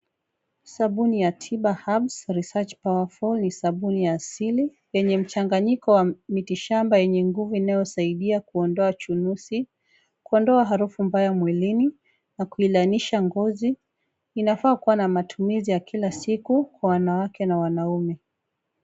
Sabuni ya Tiba Herbs Research Powerful, ni sabuni hasili yenye mchanganyiko wa miti shamba yenye nguvu inayosaidia kuondoa chunusi, kuonda harufu mbaya mwilini na kuilainisha ngozi, inafaa kuwa na matumizi ya kila siku kwa wanawake na wanaume.